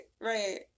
right